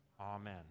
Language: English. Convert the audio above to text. Amen